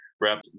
wrap